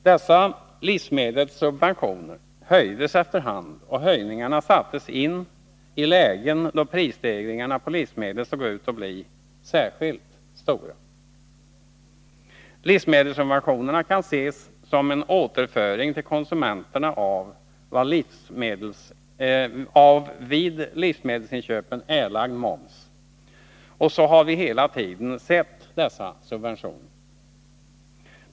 Dessa livsmedelssubventioner höjdes efter hand, och höjningarna sattes in i lägen då prisstegringarna på livsmedel såg ut att bli särskilt stora. Livsmedelssubventionerna kan ses som en återföring till konsumenterna av vid livsmedelsinköpen erlagd moms, och så har vi hela tiden sett dessa subventioner.